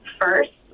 first